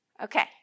Okay